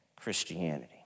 Christianity